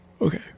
Okay